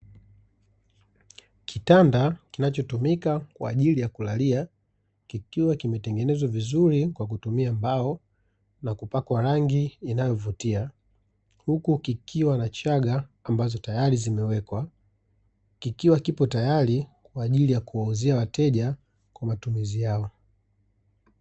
Kitanda kinacho tumika kwa ajili ya kulalia, kikiwa kimetengenezwa vizuri kwa kutumia mbao na kupwaka rangi inayo vutia, huku kikiwa na chaga ambazo tayari zimewekwa, kikiwa kipo tayari kwa ajili ya kuwauzia wateja kwa matumizi yao.